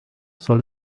soll